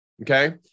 okay